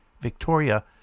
Victoria